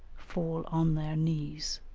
fall on their knees.